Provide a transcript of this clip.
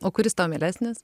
o kuris tau mielesnis